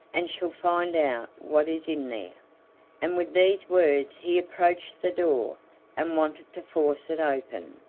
and shall find out what is in there and with these words he approached the door and wanted to force it open.